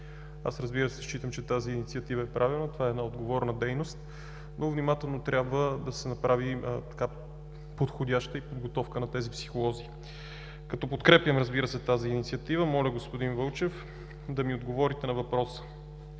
психолози. Считам, че тази инициатива е правилна. Това е една отговорна дейност, но внимателно трябва да се направи подходяща подготовка на тези психолози. Като подкрепям тази инициатива, моля, господин Вълчев, да ми отговорите на въпроса: